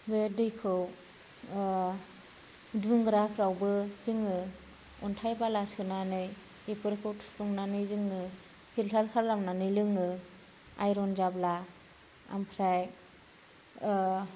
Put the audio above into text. बे दैखौ दुंग्रा फ्रावबो जोङो अन्थाइ बाला सोनानै बैफोरखौ थुफ्लंनानै जोङो फिलतार खालामनानै लोंयो आइरन जाब्ला ओमफ्राय